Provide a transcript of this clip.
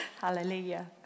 Hallelujah